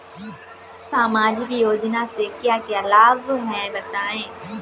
सामाजिक योजना से क्या क्या लाभ हैं बताएँ?